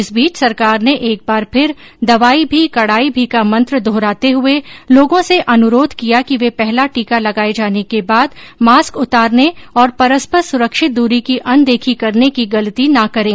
इस बीच सरकार ने एक बार फिर दवाई भी कड़ाई भी का मंत्र दोहराते हुए लोगों से अनुरोध किया कि वे पहला टीका लगाए जाने के बाद मास्क उतारने और परस्पर सुरक्षित दूरी की अनदेखी करने की गलती न करें